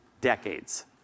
decades